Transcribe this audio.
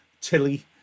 Tilly